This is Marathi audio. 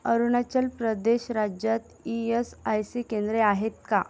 अरुणाचल प्रदेश राज्यात ई यस आय सी केंद्रे आहेत का